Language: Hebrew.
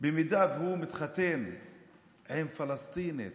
אם הוא מתחתן עם פלסטינית